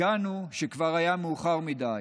הגענו כשכבר היה מאוחר מדי.